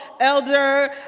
Elder